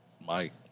Mike